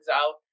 out